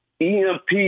EMP